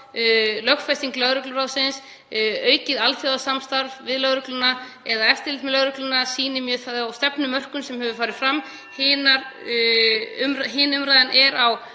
lögfesting lögregluráðsins, aukið alþjóðasamstarf við lögreglu eða eftirlit með lögreglunni, sýni mjög þá stefnumörkun sem hefur farið fram. Hin umræðan er á